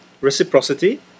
reciprocity